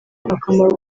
akamaro